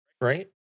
Right